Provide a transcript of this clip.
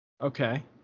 Okay